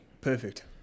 Perfect